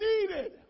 needed